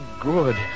good